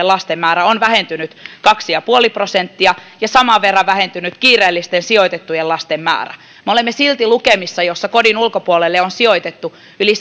lasten määrä on vähentynyt kaksi pilkku viisi prosenttia ja saman verran on vähentynyt kiireellisesti sijoitettujen lasten määrä me olemme silti lukemissa joissa kodin ulkopuolelle on sijoitettu yli